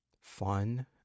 fun